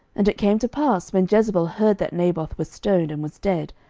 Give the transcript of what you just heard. and it came to pass, when jezebel heard that naboth was stoned, and was dead,